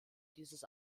dieses